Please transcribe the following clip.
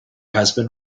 husband